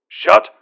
Shut